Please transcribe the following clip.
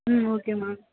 okay ma'am